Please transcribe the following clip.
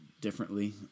differently